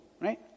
Right